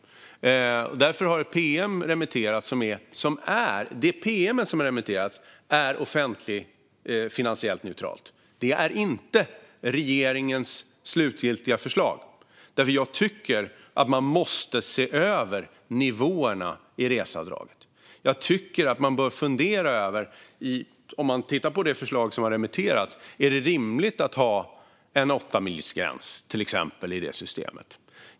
Därför har ett pm remitterats, och det är offentligfinansiellt neutralt. Det är inte regeringens slutgiltiga förslag, för jag tycker att man måste se över nivåerna i reseavdraget. Jag tycker att man, om man tittar på det förslag som har remitterats, bör fundera över om det är rimligt att till exempel ha en åttamilsgräns i det systemet.